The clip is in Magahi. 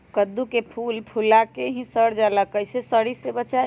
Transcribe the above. कददु के फूल फुला के ही सर जाला कइसे सरी से बचाई?